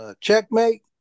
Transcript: checkmate